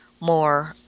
more